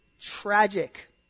tragic